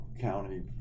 County